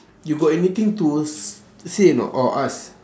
you got anything to s~ say or not or ask